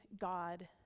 God